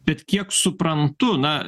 bet kiek suprantu na